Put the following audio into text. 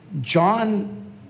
John